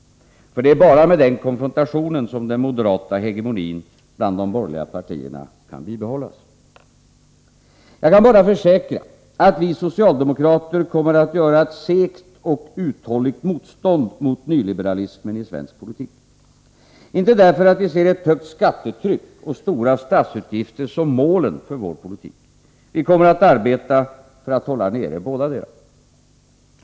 För det är bara med den konfrontationen som den moderata hegemonin bland de borgerliga partierna kan bibehållas. Jag kan bara försäkra, att vi socialdemokrater kommer att göra ett segt och uthålligt motstånd mot nyliberalismen i svensk politik. Inte därför att vi ser ett högt skattetryck och stora statsutgifter som målen för vår politik. Vi kommer att arbeta för att hålla nere bådadera.